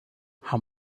how